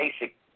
basic